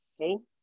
okay